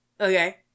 okay